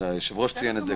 היושב-ראש ציין את זה.